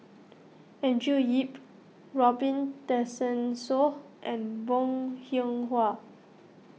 Andrew Yip Robin Tessensohn and Bong Hiong Hwa